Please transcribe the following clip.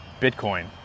Bitcoin